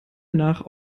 nach